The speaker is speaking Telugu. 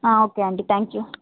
ఓకే అండి థ్యాంక్యూ